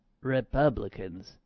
Republicans